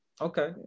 Okay